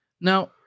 Now